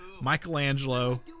Michelangelo